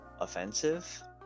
offensive